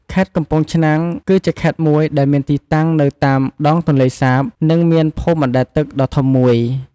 ខេត្តកំពង់ឆ្នាំង គឺជាខេត្តមួយដែលមានទីតាំងនៅតាមដងទន្លេសាប និងមានភូមិបណ្ដែតទឹកដ៏ធំមួយ។